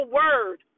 word